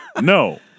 No